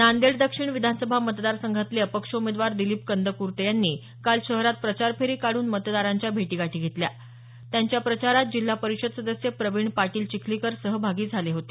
नांदेड दक्षिण विधानसभा मतदारसंघातले अपक्ष उमेदवार दिलीप कंदक्र्ते यांनी काल शहरात प्रचार फेरी काढून मतदारांच्या भेटीगाठी घेतल्या त्यांच्या प्रचारात जिल्हा परिषद सदस्य प्रविण पाटील चिखलीकर सहभागी झाले होते